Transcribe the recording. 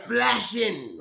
Flashing